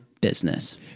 business